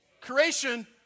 creation